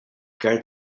guard